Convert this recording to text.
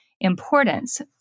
importance